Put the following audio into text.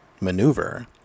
maneuver